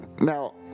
Now